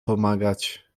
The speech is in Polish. pomagać